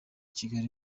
kigali